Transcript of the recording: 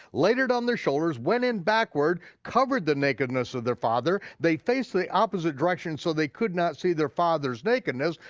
laid it on their shoulders, went in backward, covered the nakedness of their father. they faced the opposite direction so they could not see their father's nakedness,